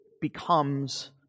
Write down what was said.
becomes